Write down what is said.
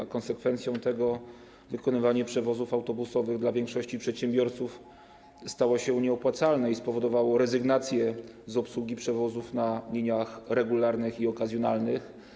W konsekwencji dokonywanie przewozów autobusowych dla większości przedsiębiorców stało się nieopłacalne i spowodowało rezygnację z obsługi przewozów na liniach regularnych i okazjonalnych.